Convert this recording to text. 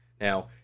Now